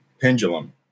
pendulum